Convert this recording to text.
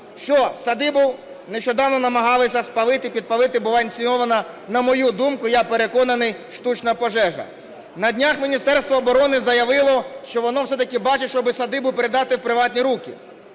Що садибу нещодавно намагалися спалити, підпалити, була ініційована, на мою думку, я переконаний, штучна пожежа. На днях Міністерство оборони заявило, що воно все-таки бачить, щоб садибу передати в приватні руки.